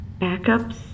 backups